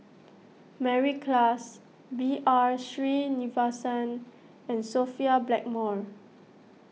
Mary Klass B R Sreenivasan and Sophia Blackmore